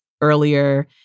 earlier